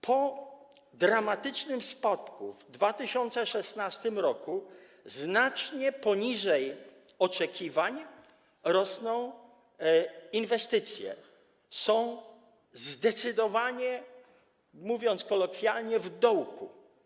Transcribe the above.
Po dramatycznym spadku w 2016 r. znacznie poniżej oczekiwań rosną inwestycje, są zdecydowanie, mówiąc kolokwialnie, w dołku.